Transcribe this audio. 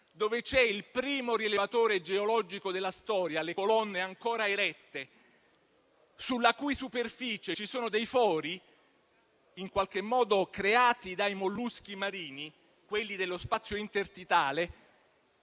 dove c'è il primo rilevatore geologico della storia, le colonne ancora erette sulla cui superficie ci sono dei fori creati dai molluschi marini (quelli dello spazio intertidale),